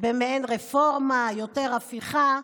במעין רפורמה, יותר הפיכה,